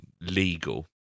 legal